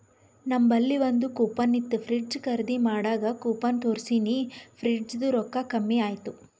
ನಂಬಲ್ಲಿ ಒಂದ್ ಕೂಪನ್ ಇತ್ತು ಫ್ರಿಡ್ಜ್ ಖರ್ದಿ ಮಾಡಾಗ್ ಕೂಪನ್ ತೋರ್ಸಿನಿ ಫ್ರಿಡ್ಜದು ರೊಕ್ಕಾ ಕಮ್ಮಿ ಆಯ್ತು